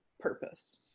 purpose